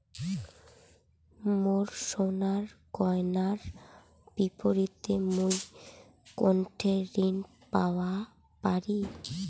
মোর সোনার গয়নার বিপরীতে মুই কোনঠে ঋণ পাওয়া পারি?